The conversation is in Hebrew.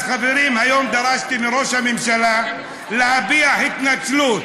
אז חברים, היום דרשתי מראש הממשלה להביע התנצלות,